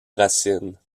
racines